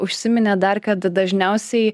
užsiminėt dar kad dažniausiai